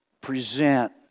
present